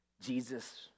Jesus